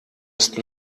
ist